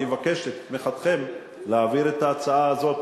אני אבקש את תמיכתכם בהעברת ההצעה הזאת,